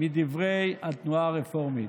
מדברי התנועה הרפורמית.